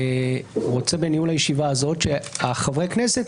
רוצה בניהול הישיבה הזאת שחברי הכנסת